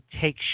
take